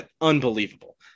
unbelievable